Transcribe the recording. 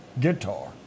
guitar